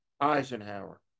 Eisenhower